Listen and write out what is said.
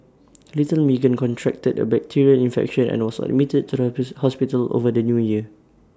little Meagan contracted A bacterial infection here and or was admitted to the hospital over the New Year